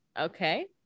Okay